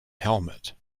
helmet